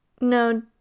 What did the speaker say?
No